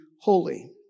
holy